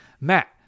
Matt